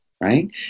Right